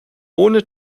ohne